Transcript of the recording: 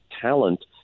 talent